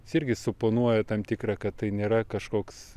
čia irgi suponuoja tam tikrą kad tai nėra kažkoks